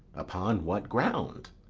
upon what ground?